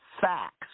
facts